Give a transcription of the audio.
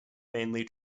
mainly